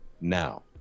now